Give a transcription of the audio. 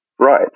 Right